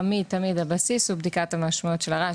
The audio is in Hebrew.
תמיד הבסיס הוא בדיקת המשמעויות של הרעש.